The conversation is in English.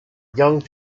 young